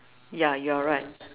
ya you're right